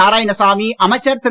நாராயணசாமி அமைச்சர் திரு